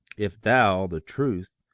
if thou, the truth,